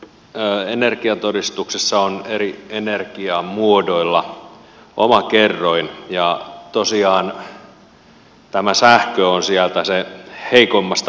tässä energiatodistuksessa on eri energiamuodoilla oma kerroin ja tosiaan tämä sähkö on sieltä heikoimmasta päästä